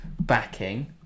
backing